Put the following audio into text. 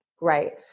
Right